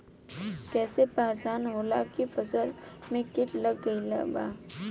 कैसे पहचान होला की फसल में कीट लग गईल बा?